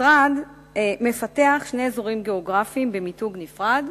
המשרד מפתח שני אזורים גיאוגרפיים במיתוג נפרד,